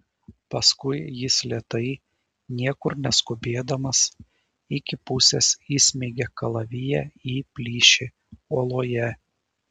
paskui jis lėtai niekur neskubėdamas iki pusės įsmeigė kalaviją į plyšį uoloje